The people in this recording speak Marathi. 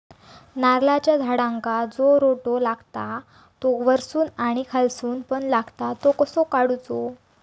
नारळाच्या झाडांका जो रोटो लागता तो वर्सून आणि खालसून पण लागता तो कसो काडूचो?